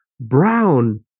BROWN